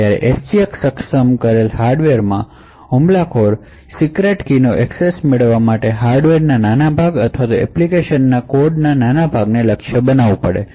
જ્યારે SGX સક્ષમ કરેલા હાર્ડવેરમાં હુમલાખોરે સિક્રેટ કીની એક્સેસ મેળવવા માટે હાર્ડવેરના નાના ભાગોમાં અથવા એપ્લિકેશનના કોડના નાના ભાગોને લક્ષ્ય બનાવવું પડે